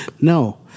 no